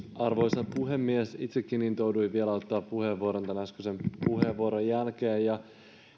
arvoisa puhemies itsekin intouduin vielä ottamaan puheenvuoron tämän äskeisen puheenvuoron jälkeen